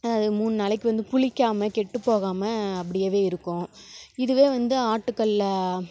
மூணு நாளைக்கு வந்து புளிக்காமல் கெட்டு போகாமல் அப்படியவே இருக்கும் இதுவே வந்து ஆட்டுக்கலில்